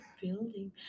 Building